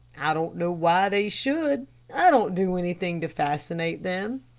i don't know why they should i don't do anything to fascinate them.